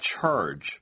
charge